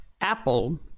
Apple